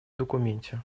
документе